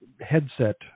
headset